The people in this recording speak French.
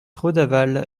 redavalle